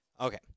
Okay